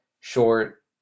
short